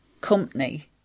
company